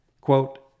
Quote